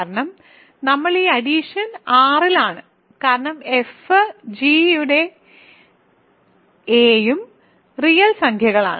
കാരണം നമ്മൾ ഈ അഡിഷൻ R ലാണ് കാരണം f g യുടെ a ഉം റിയൽ സംഖ്യകളിലാണ്